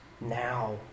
now